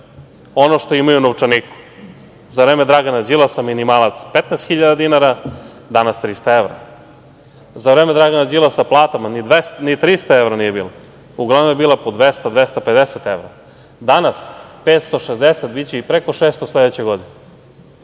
ono što imaju u novčaniku.Za vreme Dragana Đilasa minimalac 15.000 dinara, danas 300 evra. Za vreme Dragana Đilasa plata ni 300 evra nije bila. Uglavnom je bila po 200, 250 evra. Danas 560, biće i preko 600 sledeće godine.